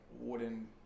wooden